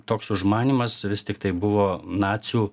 toks užmanymas vis tiktai buvo nacių